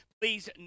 please